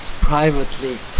privately